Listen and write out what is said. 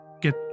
get